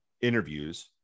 interviews